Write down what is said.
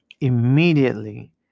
immediately